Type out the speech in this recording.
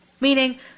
Meaning